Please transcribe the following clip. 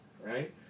right